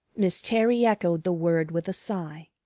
miss terry echoed the word with a sigh.